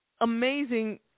amazing